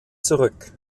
zurück